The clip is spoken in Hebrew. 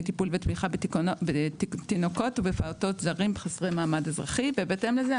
טיפול ותמיכה בתינוקות ובפעוטות זרים חסרי מעמד אזרחי ובהתאם לזה,